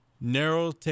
Narrow